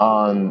on